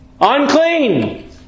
Unclean